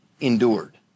endured